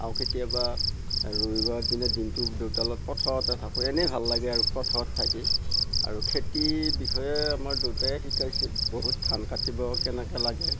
আৰু কেতিয়াবা ৰবিবাৰৰ দিনা দিনটো দেউতাৰ লগত পথাৰতে থাকো এনে ভাল লাগে আৰু পথাৰত থাকি আৰু খেতিৰ বিষয়ে আমাৰ দেউতায়ে শিকাইছিল বহুত ধান কাটিব কেনেকে লাগে